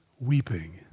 weeping